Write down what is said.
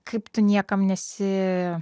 kaip tu niekam nesi